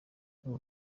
ubu